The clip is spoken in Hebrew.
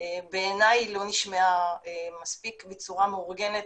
בעיניי היא לא נשמעה מספיק בצורה מאורגנת